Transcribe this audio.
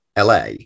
LA